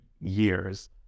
years